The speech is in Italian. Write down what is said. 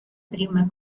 prima